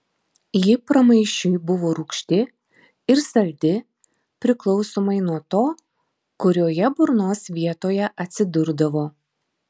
ji pramaišiui buvo rūgšti ir saldi priklausomai nuo to kurioje burnos vietoje atsidurdavo